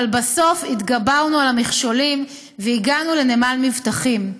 אבל בסוף התגברנו על המכשולים והגענו לנמל מבטחים.